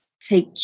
Take